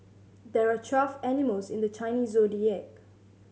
there are twelve animals in the Chinese Zodiac